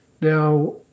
Now